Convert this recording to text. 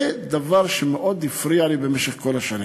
זה דבר שמאוד הפריע לי במשך כל השנים.